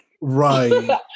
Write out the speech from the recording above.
right